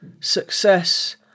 success